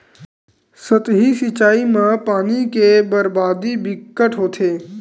सतही सिचई म पानी के बरबादी बिकट होथे